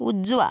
उजवा